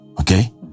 Okay